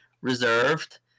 reserved